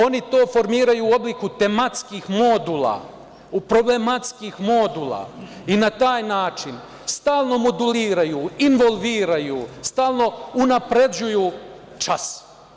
Oni to formiraju u obliku tematskih modula, problematskih modula i na taj način stalno moduliraju, involviraju, stalno unapređuju čas.